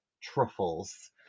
Truffles